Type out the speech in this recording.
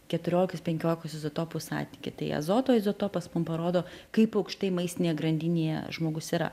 keturiolikos penkiolikos izotopų santykį tai azoto izotopas mum parodo kaip aukštai maistinėje grandinėje žmogus yra